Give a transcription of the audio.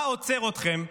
מה עוצר אתכם?